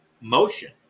motion